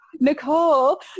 Nicole